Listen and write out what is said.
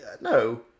no